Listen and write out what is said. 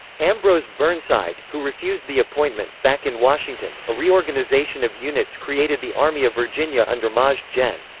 ambrose burnside, who refused the appointment back in washington, a reorganization of units created the army of virginia under maj. gen.